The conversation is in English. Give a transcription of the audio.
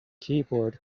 keyboard